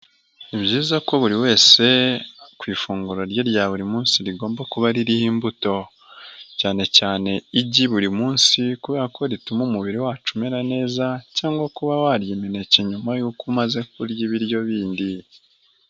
Ni byiza ko buri wese ku ifunguro rye rya buri munsi rigomba kuba ririho imbuto. Cyane cyane igi buri munsi, kubera ko rituma umubiri wacu umera neza, cyangwa kuba warya imineke nyuma y'uko umaze kurya ibiryo bindi.